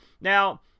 now